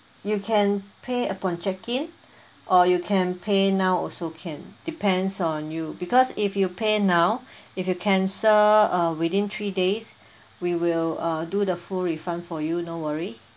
you can pay upon check in or you can pay now also can depends on you because if you pay now if you cancel uh within three days we will uh do the full refund for you no worry